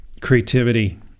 creativity